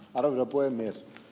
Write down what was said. arvoisa puhemies